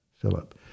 Philip